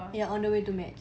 ya on the way to match